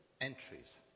entries